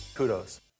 kudos